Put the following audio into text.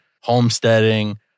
homesteading